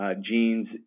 genes